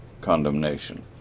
condemnation